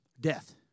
Death